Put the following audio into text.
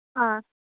ꯑꯥ